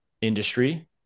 industry